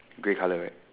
grey colour right